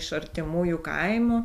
iš artimųjų kaimų